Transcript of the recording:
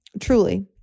truly